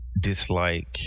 dislike